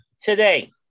today